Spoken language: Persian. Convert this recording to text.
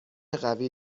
قوی